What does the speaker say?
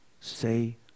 say